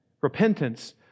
Repentance